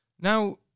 Now